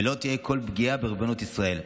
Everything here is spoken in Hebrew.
ולא תהיה כל פגיעה בריבונות ישראל.